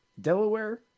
Delaware